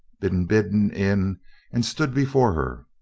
been bidden in and stood before her.